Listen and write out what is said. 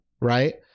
right